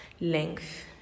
length